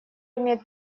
имеет